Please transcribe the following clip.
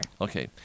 Okay